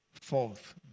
Fourth